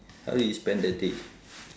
how you spend the day